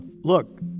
look